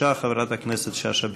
בבקשה, חברת הכנסת שאשא ביטון.